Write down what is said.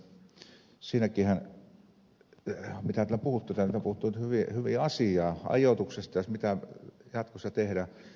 siinäkinhän mitä täällä on puhuttu on puhuttu hyvin asiaa ajoituksesta mitä jatkossa tehdään